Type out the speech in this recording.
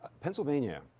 Pennsylvania